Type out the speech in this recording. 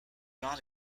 not